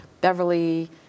Beverly